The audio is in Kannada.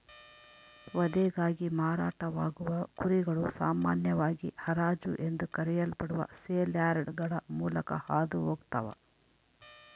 ವಧೆಗಾಗಿ ಮಾರಾಟವಾಗುವ ಕುರಿಗಳು ಸಾಮಾನ್ಯವಾಗಿ ಹರಾಜು ಎಂದು ಕರೆಯಲ್ಪಡುವ ಸೇಲ್ಯಾರ್ಡ್ಗಳ ಮೂಲಕ ಹಾದು ಹೋಗ್ತವ